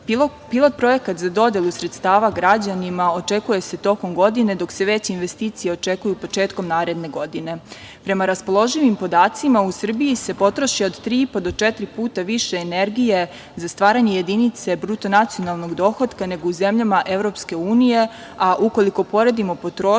Pilot projekat za dodelu sredstava građanima očekuje se tokom godine, dok se veće investicije očekuju početkom naredne godine. Prema raspoloživim podacima u Srbiji se potroši od tri i po do četiri puta više energije za stvaranje jedinice bruto nacionalnog dohotka, nego u zemljama Evropske unije, a ukoliko poredimo potrošnju